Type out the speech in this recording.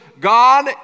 God